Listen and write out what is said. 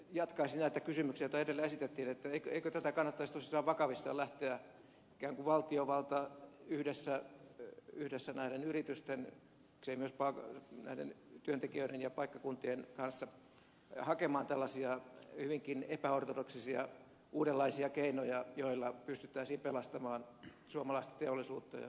jatkaisin näitä kysymyksiä joita edellä esitettiin eikö kannattaisi tosiaan vakavissaan lähteä ikään kuin valtiovallan yhdessä näiden yritysten ja miksei myöskin työntekijöiden ja paikkakuntien kanssa hakemaan tällaisia hyvinkin epäortodoksisia uudenlaisia keinoja joilla pystyttäisiin pelastamaan suomalaista teollisuutta ja suomalaisia työpaikkoja